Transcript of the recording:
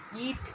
Eat